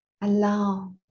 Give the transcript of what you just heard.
Allow